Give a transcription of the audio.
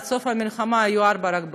עד סוף המלחמה היו רק ארבעה בחיים.